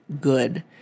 good